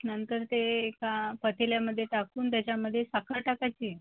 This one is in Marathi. नंतर ते एका पातेल्यामध्ये टाकून त्याच्यामध्ये साखर टाकायची